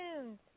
tunes